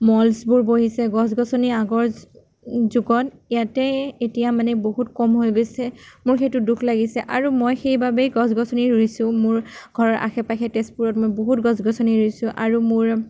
মলছবোৰ বহিছে গছ গছনিৰ আগৰ যুগত ইয়াতে এতিয়া মানে বহুত কম হৈ গৈছে মোৰ সেইটো দুখ লাগিছে আৰু মই সেইবাবেই গছ গছনি ৰুইছোঁ মোৰ ঘৰৰ আশে পাশে তেজপুৰত মই বহুত গছ গছনি ৰুইছোঁ আৰু মোৰ